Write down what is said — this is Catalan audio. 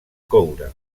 coure